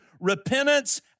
repentance